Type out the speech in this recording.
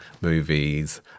movies